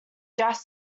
jazz